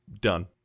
Done